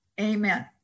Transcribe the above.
Amen